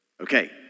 Okay